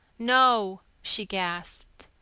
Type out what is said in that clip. no! she gasped.